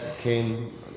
came